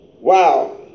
wow